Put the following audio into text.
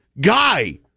guy